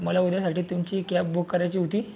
मला उद्यासाठी तुमची कॅब बुक करायची होती